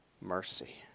mercy